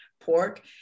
pork